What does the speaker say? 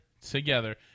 together